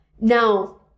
Now